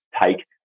take